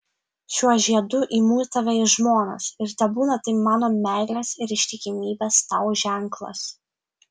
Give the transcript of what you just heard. šiuo žiedu imu tave į žmonas ir tebūna tai mano meilės ir ištikimybės tau ženklas